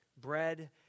bread